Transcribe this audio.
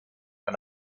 von